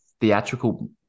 theatrical